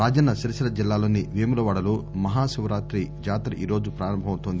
రాజన్న సిరిసిల్ల జిల్లాలోని వేములవాడలో మహాశివరాతి జాతర ఈరోజు ప్రారంభం అవుతోంది